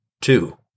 two